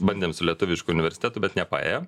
bandėm su lietuvišku universitetu bet nepaėjo